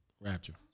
Rapture